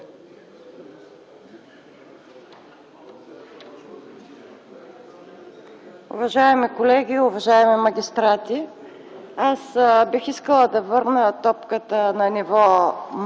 Уважаеми колеги, уважаеми магистрати! Аз бих искала да върна топката на ниво